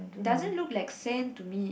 doesn't look like sand to me